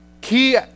key